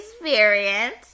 experience